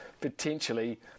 potentially